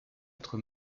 être